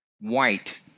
white